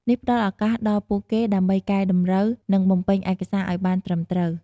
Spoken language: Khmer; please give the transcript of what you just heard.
នេះផ្ដល់ឱកាសដល់ពួកគេដើម្បីកែតម្រូវ និងបំពេញឯកសារឱ្យបានត្រឹមត្រូវ។